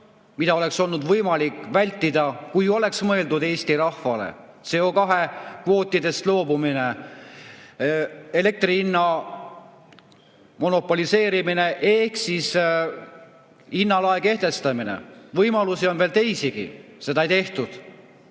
mida oleks olnud võimalik vältida, kui oleks mõeldud Eesti rahvale. Või CO2kvootidest loobumine, elektri hinna monopoliseerimine ehk hinnalae kehtestamine. Võimalusi on veel teisigi. Seda ei tehtud.